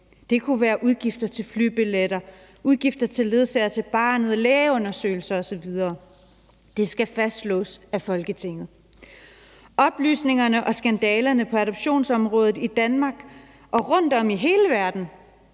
Det kunne være udgifter til flybilletter, udgifter til en ledsager til barnet, lægeundersøgelser osv., og det skal fastslås af Folketinget. Oplysningerne om skandalerne på adoptionsområdet i Danmark og i andre lande rundtom i hele verden,